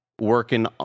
working